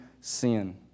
sin